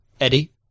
Eddie